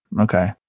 Okay